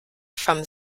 from